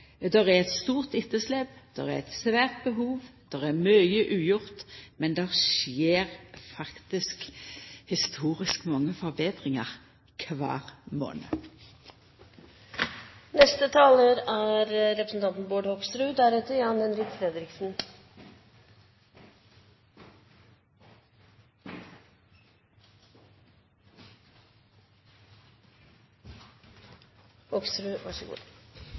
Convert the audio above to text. Det er eit stort etterslep, og det er eit svært behov. Mykje er ugjort, men det skjer faktisk historisk mange forbetringar kvar månad. Først til representanten